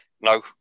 no